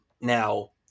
Now